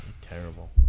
Terrible